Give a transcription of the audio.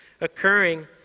occurring